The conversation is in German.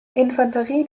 infanterie